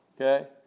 Okay